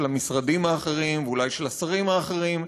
המשרדים האחרים ואולי של השרים האחרים,